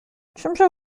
czymże